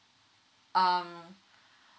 um